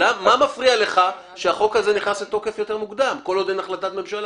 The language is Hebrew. מה מפריע לך שהחוק הזה נכנס לתוקף יותר מוקדם כל עוד אין החלטת ממשלה?